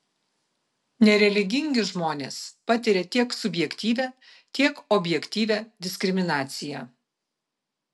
nereligingi žmonės patiria tiek subjektyvią tiek objektyvią diskriminaciją